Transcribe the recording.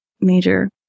major